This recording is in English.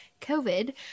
COVID